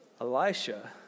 Elisha